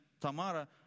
Tamara